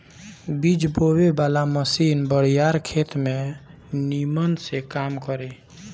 बीज बोवे वाला मशीन बड़ियार खेत में निमन से काम करी